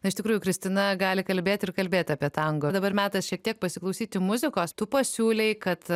na iš tikrųjų kristina gali kalbėt ir kalbėt apie tango dabar metas šiek tiek pasiklausyti muzikos tu pasiūlei kad